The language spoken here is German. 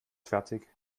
fertig